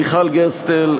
מיכל גרסטלר,